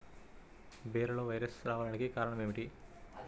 బీరలో వైరస్ రావడానికి కారణం ఏమిటి?